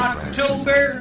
October